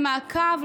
למעקב,